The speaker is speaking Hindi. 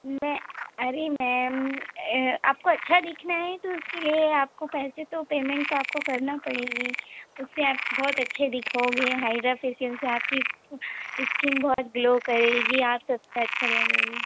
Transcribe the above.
मैं अरे मैम आपको अच्छा दिखना है तो उसके लिए आपको पैसे तो पेमेंट तो आपको करना पड़ेगी उससे आप बहुत अच्छे दिखोगे हाइड्रा फेशियल से आपकी स्किन बहुत ग्लो करेगी आप सब से अच्छे लगोगे